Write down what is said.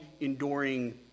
enduring